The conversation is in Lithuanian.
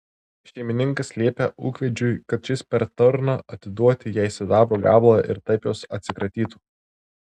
šeimininkas liepia ūkvedžiui kad šis per tarną atiduoti jai sidabro gabalą ir taip jos atsikratytų